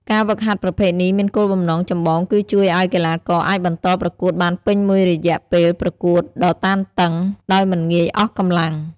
ការហ្វឹកហាត់ប្រភេទនេះមានគោលបំណងចម្បងគឺជួយឲ្យកីឡាករអាចបន្តប្រកួតបានពេញមួយរយៈពេលប្រកួតដ៏តានតឹង ដោយមិនងាយអស់កម្លាំង។